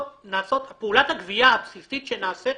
נכון להיום פעולת הגבייה הבסיסית שנעשית